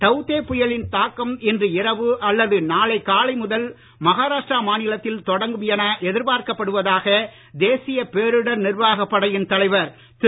tau தே புயலின் தாக்கம் இன்று இரவு அல்லது நாளை காலை முதல் மகாராஷ்ட்ரா மாநிலத்தில் தொடங்கும் என எதிர்பார்க்கப்படுவதாக தேசிய பேரிடர் நிர்வாக படையின் தலைவர் திரு